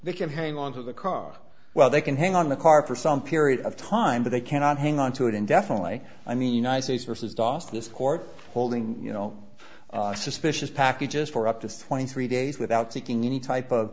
they can hang on to the car well they can hang on the car for some period of time but they cannot hang on to it indefinitely i mean ice age versus dos this court holding you know suspicious packages for up to twenty three days without seeking any type of